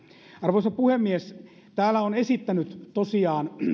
arvoisa puhemies täällä on tosiaan